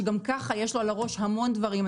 שגם ככה יש לו על הראש המון דברים.